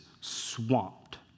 swamped